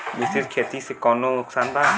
मिश्रित खेती से कौनो नुकसान बा?